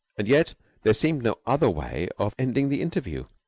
and yet there seemed no other way of ending the interview.